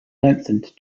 lengthened